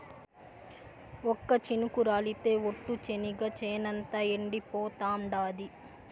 ఒక్క చినుకు రాలితె ఒట్టు, చెనిగ చేనంతా ఎండిపోతాండాది